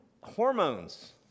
Hormones